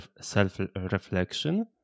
self-reflection